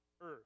earth